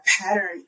pattern